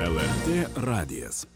lrt radijas